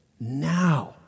now